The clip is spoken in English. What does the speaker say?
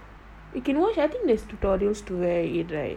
we can watch I think there is tutorials to wear it right